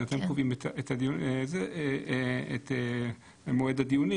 אתם קובעים את מועד הדיונים.